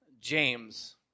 James